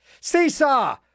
Seesaw